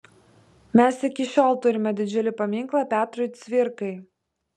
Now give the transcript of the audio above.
mes iki šiol turime didžiulį paminklą petrui cvirkai